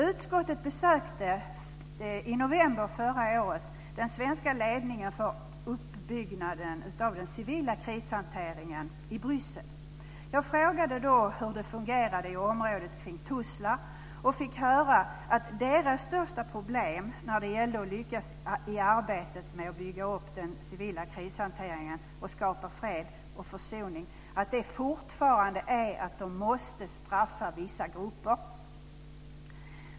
Utskottet besökte i november förra året den svenska ledningen för uppbyggnaden av den civila krishanteringen i Bryssel. Jag frågade då hur det fungerade i området kring Tuzla och fick höra att det största problemet som man har i arbetet med att bygga upp den civila krishanteringen och skapa fred och försoning fortfarande är att man måste straffa vissa grupper.